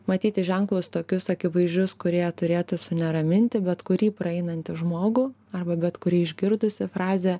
matyti ženklus tokius akivaizdžius kurie turėtų suneraminti bet kurį praeinantį žmogų arba bet kurį išgirdusį frazę